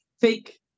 fake